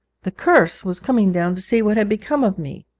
the curse was coming down to see what had become of me!